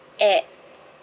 at